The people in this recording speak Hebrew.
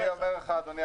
אני אומר לך, אדוני.